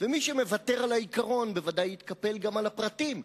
ומי שמוותר על העיקרון, ודאי יתקפל גם על הפרטים.